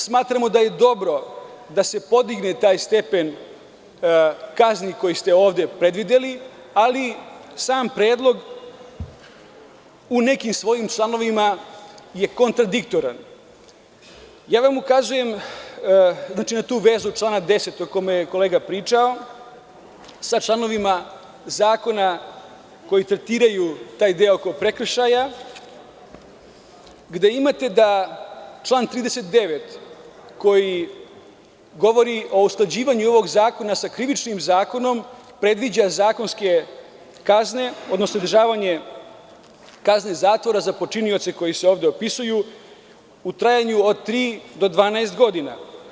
Smatramo da je dobro da se podigne taj stepen kazni koje ste ovde predvideli, ali sam predlog u nekim svojim članovima je kontradiktoran. ` Ukazujem na tu vezu člana 10, o kojoj je kolega pričao, sa članovima zakona koji tretiraju taj deo oko prekršaja gde imate da član 39, koji govori o usklađivanju ovog zakona sa Krivičnim zakonom, predviđa zakonske kazne, odnosno izvršavanje kazne zatvora za počinioce koji se ovde opisuju u trajanju od tri do 12 godina.